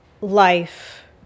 life